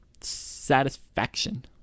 satisfaction